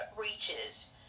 reaches